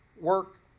work